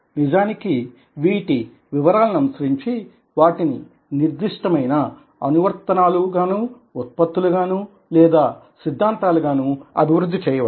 నిజానికి వీటి వివరాలననుసరించి వాటిని నిర్దిష్ట మైన అనువర్తనాలు గానూ ఉత్పత్తులు గానూ లేదా సిద్దాంతాలు గానూ అభివ్రృద్ది చేయవచ్చు